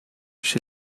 chez